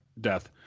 death